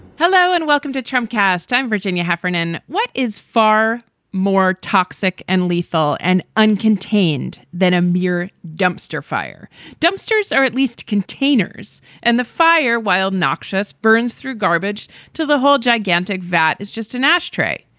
hello and welcome to tramcars time, virginia heffernan. what is far more toxic and lethal and uncontained than a mere dumpster fire dumpsters or at least containers, and the fire, wild, noxious burns through garbage to the whole gigantic vat is just an ashtray.